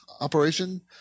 operation